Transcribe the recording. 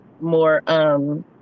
more